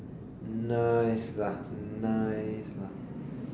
nice lah nice lah